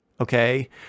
Okay